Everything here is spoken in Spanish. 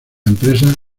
empresas